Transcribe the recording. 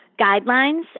guidelines